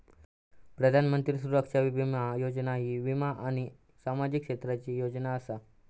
प्रधानमंत्री सुरक्षा बीमा योजना वीमा आणि सामाजिक क्षेत्राची योजना असा